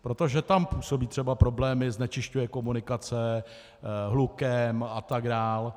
Protože tam působí třeba problémy, znečišťuje komunikace, hlukem atd.